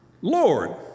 Lord